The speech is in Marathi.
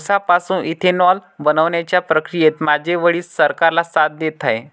उसापासून इथेनॉल बनवण्याच्या प्रक्रियेत माझे वडील सरकारला साथ देत आहेत